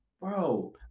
bro